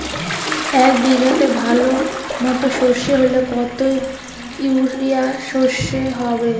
এক বিঘাতে ভালো মতো সর্ষে হলে কত ইউরিয়া সর্ষে হয়?